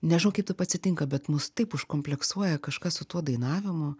nežinau kaip taip atsitinka bet mus taip užkompleksuoja kažkas su tuo dainavimu